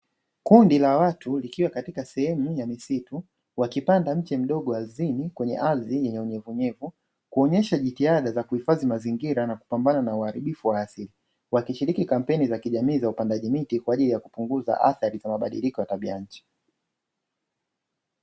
Kundi la watu likiwa katika sehemu ya misitu wakipanda mti mdogo ardhini kwenye ardhi yenye unyevunyevu, kuonyesha jitihada za kuhifandi mazingira na kupambana na uharibifu wa asili, wakishiriki kampeni za kijamii za upandaji miti kwa ajili ya kupunguza athari za mabadiliko ya tabia ya nchi.